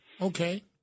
Okay